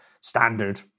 standard